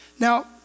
Now